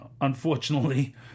unfortunately